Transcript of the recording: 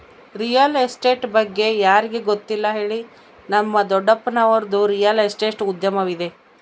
real estate ಬಗ್ಗೆ ಯಾರಿಗೆ ಗೊತ್ತಿಲ್ಲ ಹೇಳಿ, ನಮ್ಮ ದೊಡ್ಡಪ್ಪನವರದ್ದು ರಿಯಲ್ ಎಸ್ಟೇಟ್ ಉದ್ಯಮವಿದೆ